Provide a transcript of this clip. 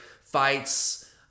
Fights